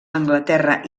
anglaterra